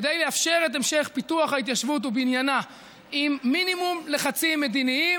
כדי לאפשר את המשך פיתוח ההתיישבות ובניינה עם מינימום לחצים מדיניים,